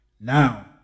Now